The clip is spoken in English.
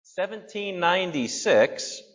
1796